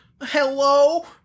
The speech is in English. Hello